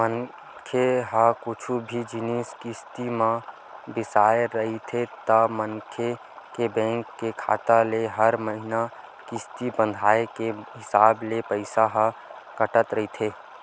मनखे ह कुछु भी जिनिस किस्ती म बिसाय रहिथे ता मनखे के बेंक के खाता ले हर महिना किस्ती बंधाय के हिसाब ले पइसा ह कटत रहिथे